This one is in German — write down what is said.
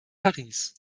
paris